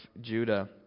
Judah